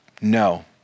No